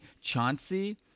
Chauncey